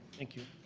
thank you.